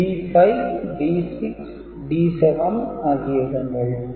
D5 D6 D7 ஆகிய இடங்கள்